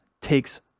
takes